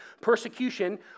persecution